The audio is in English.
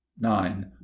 nine